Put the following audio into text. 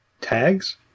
tags